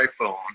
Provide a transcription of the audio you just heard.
iphone